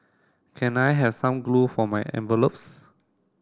can I have some glue for my envelopes